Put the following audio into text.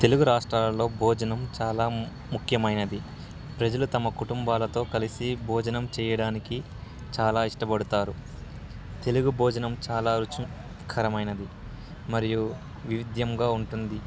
తెలుగు రాష్ట్రాలలో భోజనం చాలా ముఖ్యమైనది ప్రజలు తమ కుటుంబాలతో కలిసి భోజనం చెయ్యడానికి చాలా ఇష్టపడతారు తెలుగు భోజనం చాలా రుచికరమైనది మరియు వైవిధ్యంగా ఉంటుంది